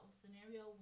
scenario